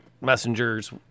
messengers